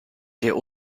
der